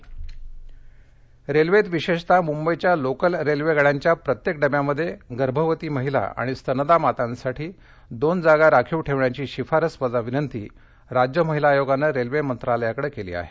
मुंबई रेल्वेत विशेषतः मुद्धिच्या लोकल रेल्वेगाड्याच्या प्रत्येक डब्यामध्ये गर्भवती महिला आणि स्तनदा मातास्तिठी दोन जागा राखीव ठेवण्याची शिफारसवजा विनतीी राज्य महिला आयोगानरिल्वे मक्तिनयाकडक्रिली आहे